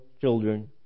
children